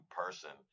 person